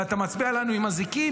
ואתה מצביע לנו עם אזיקים.